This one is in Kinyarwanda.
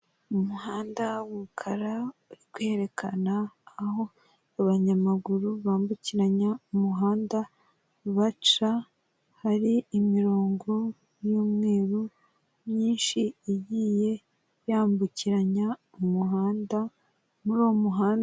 Umuhanda w'umukara, uri kwerekana aho abanyamaguru bambukiranya umuhanda, baca hari imirongo y'umweru myinshi agiye yambukiranya umuhanda, muri uwo muha...